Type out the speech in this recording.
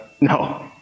No